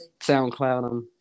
SoundCloud